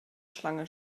schlange